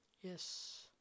Yes